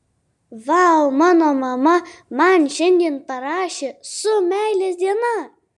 vau mano mama man šiandien parašė su meilės diena